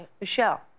Michelle